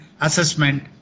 assessment